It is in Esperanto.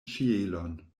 ĉielon